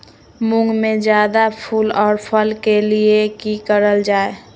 मुंग में जायदा फूल और फल के लिए की करल जाय?